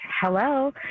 hello